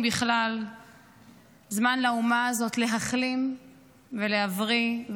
לאומה הזאת להחלים ולהבריא,